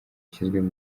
yashyizweho